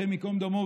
השם ייקום דמו,